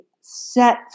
set